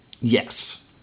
Yes